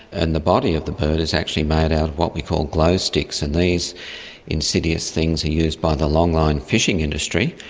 and the body of the bird is actually made out of what we call glow sticks, and these insidious things are used by the longline fishing industry.